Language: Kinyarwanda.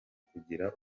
kugira